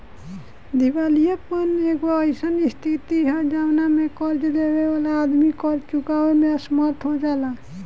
दिवालियापन एगो अईसन स्थिति ह जवना में कर्ज लेबे वाला आदमी कर्ज चुकावे में असमर्थ हो जाले